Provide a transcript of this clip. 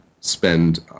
spend